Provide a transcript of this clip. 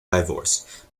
divorced